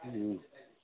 हुँ